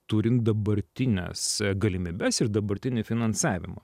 turint dabartines galimybes ir dabartinį finansavimą